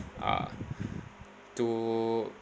uh to